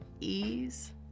ease